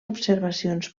observacions